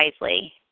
wisely